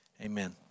Amen